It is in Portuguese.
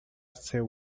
seu